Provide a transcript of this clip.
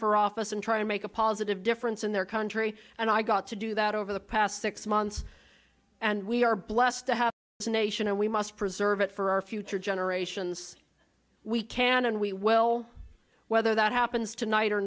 for office and try to make a positive difference in their country and i got to do that over the past six months and we are blessed to have a nation and we must preserve it for our future generations we can and we will whether that happens tonight or